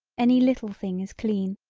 any little thing is clean,